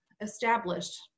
established